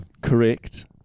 Correct